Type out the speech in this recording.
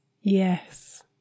Yes